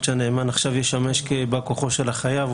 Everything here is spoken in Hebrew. שנאמן עכשיו ישמש כבא כוחו של החייב.